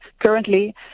currently